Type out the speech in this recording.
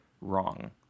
wrong